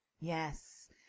yes